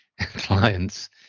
clients